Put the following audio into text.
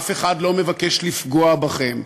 אף אחד לא מבקש לפגוע בכם.